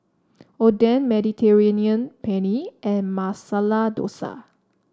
Oden Mediterranean Penne and Masala Dosa